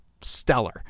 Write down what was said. stellar